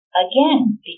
again